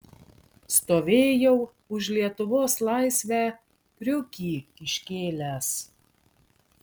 stovėjau už lietuvos laisvę kriukį iškėlęs